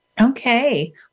okay